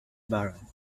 baron